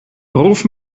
ruf